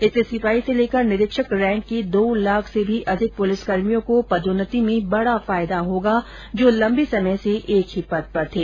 इससे सिपाही से लेकर निरीक्षक रैंक के दो लाख से भी अधिक पुलिसकर्मियों को पदोन्नति में बड़ा फायदा होगा जो लंबे समय से एक ही पद पर थे